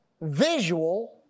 visual